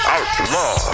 Outlaw